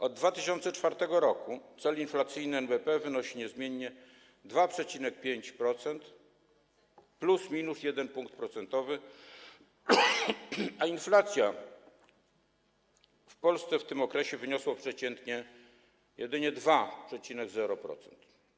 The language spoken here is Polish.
Od 2004 r. cel inflacyjny NBP wynosi niezmiennie 2,5%, plus minus 1 punkt procentowy, a inflacja w Polsce w tym okresie wyniosła przeciętnie jedynie 2,0%.